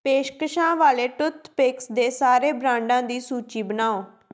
ਪੇਸ਼ਕਸ਼ਾਂ ਵਾਲੇ ਟੂਥਪਿਕਸ ਦੇ ਸਾਰੇ ਬ੍ਰਾਂਡਾਂ ਦੀ ਸੂਚੀ ਬਣਾਓ